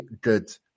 good